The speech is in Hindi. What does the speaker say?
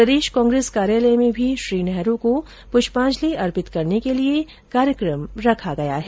प्रदेश कांग्रेस कार्यालय में भी श्री नेहरू को पुष्पाजंलि अर्पित करने के लिये कार्यक्रम रखा गया है